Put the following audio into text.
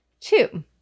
two